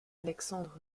alexandre